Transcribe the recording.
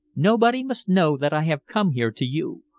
nobody must know that i have come here to you,